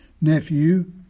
nephew